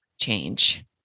change